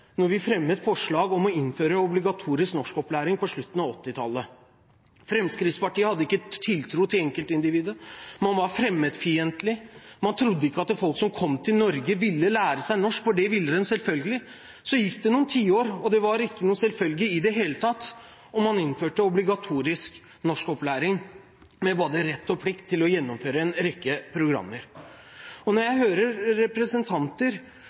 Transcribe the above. vi fremmet forslag om å innføre obligatorisk norskopplæring, på slutten av 1980-tallet: Fremskrittspartiet hadde ikke tiltro til enkeltindividet, man var fremmedfiendtlig, man trodde ikke at folk som kom til Norge, ville lære seg norsk. – Det ville de selvfølgelig. Så gikk det noen tiår. Det var ikke noen selvfølge i det hele tatt, og man innførte obligatorisk norskopplæring, med både rett og plikt til å gjennomføre en rekke programmer. Når jeg hører representanter